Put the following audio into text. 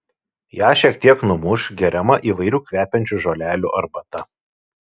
ją šiek tiek numuš geriama įvairių kvepiančių žolelių arbata